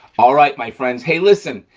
all right, my friends. hey listen,